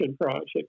project